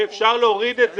ואפשר להוריד את זה.